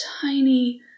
tiny